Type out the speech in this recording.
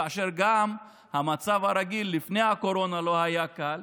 כאשר גם המצב הרגיל לפני הקורונה לא היה קל.